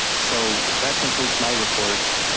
so that concludes my report.